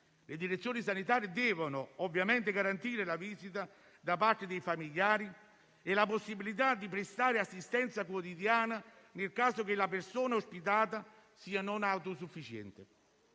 Le direzioni sanitarie devono ovviamente garantire la visita da parte dei familiari e la possibilità di prestare assistenza quotidiana nel caso in cui la persona ospitata sia non autosufficiente.